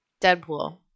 deadpool